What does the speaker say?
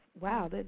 Wow